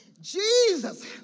Jesus